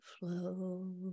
flow